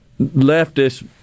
leftist